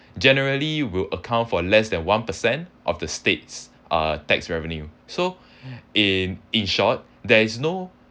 generally will account for less than one per cent of the states uh tax revenue so in in short there is no